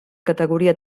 categoria